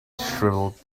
shriveled